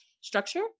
structure